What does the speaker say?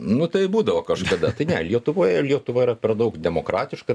nu tai būdavo kažkada tai ne lietuvoje lietuva yra per daug demokratiška